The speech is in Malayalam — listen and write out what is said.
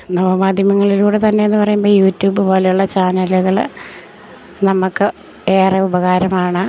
നവമാധ്യമങ്ങളിലൂടെ തന്നെ എന്ന് പറയുമ്പം യൂട്യൂബ് പോലെയുള്ള ചാനല്കൾ നമുക്ക് ഏറെ ഉപകാരമാണ്